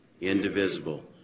indivisible